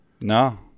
No